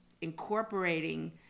incorporating